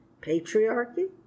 Patriarchy